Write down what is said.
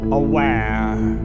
aware